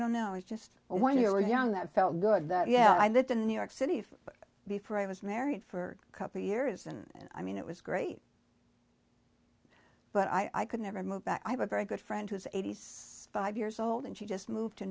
don't know it's just when you're young that felt good that yeah i lived in new york city before i was married for a couple years and i mean it was great but i could never move back i have a very good friend who's eighty s five years old and she just moved to